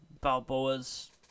Balboa's